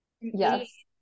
yes